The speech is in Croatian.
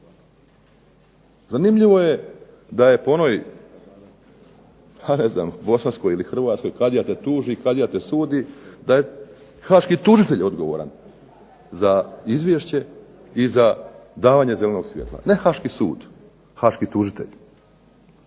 Zanimljivo je da je po onoj, a ne znam, bosanskoj ili hrvatskoj, kadija te tuži, kadija te sudi, da je haški tužitelj odgovoran za izvješće i za davanje zelenog svjetla, ne haški sud, haški tužitelj